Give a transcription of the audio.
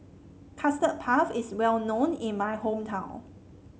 Custard Puff is well known in my hometown